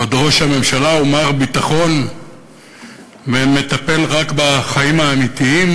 ועוד ראש הממשלה הוא מר ביטחון ומטפל רק בחיים האמיתיים,